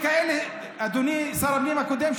אדוני שר הפנים הקודם,